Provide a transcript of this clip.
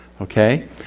okay